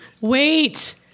wait